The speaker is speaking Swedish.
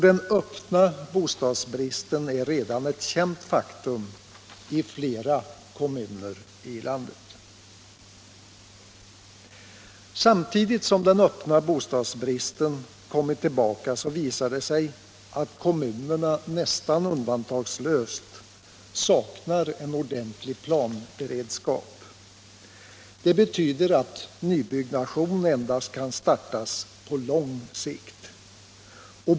Den öppna bostadsbristen är redan ett känt faktum i flera kommuner i landet. Samtidigt som den öppna bostadsbristen kommit tillbaka visar det sig att kommunerna nästan undantagslöst saknar en ordentlig planberedskap. Det betyder att nybyggnation endast kan startas på lång sikt.